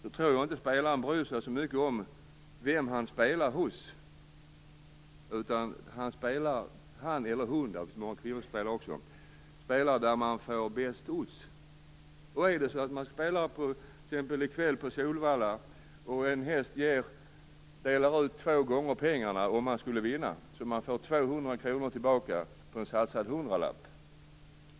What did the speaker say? Då tror jag inte att spelaren bryr sig så mycket om vem man spelar hos. Han eller hon - många kvinnor spelar också - spelar där man får bäst odds. Låt oss säga att man t.ex. spelar i kväll på Solvalla, och att en häst ger två gånger pengarna om man skulle vinna, så att man får 200 kr tillbaka på en satsad hundralapp.